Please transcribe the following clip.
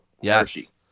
Yes